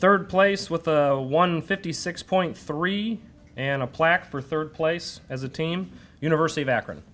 third place with one fifty six point three and a plaque for third place as a team university of akron